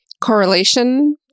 correlation